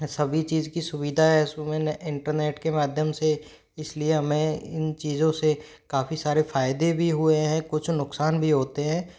सभी चीज़ की सुविधा है इस पर मैंने इंटरनेट के माध्यम से इस लिए हमें इन चीज़ों से काफ़ी सारे फ़ायदे भी हुए हैं कुछ नुक़सान भी होते हैं